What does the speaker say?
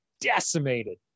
decimated